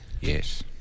Yes